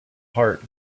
heart